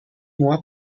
mois